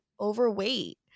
overweight